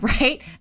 right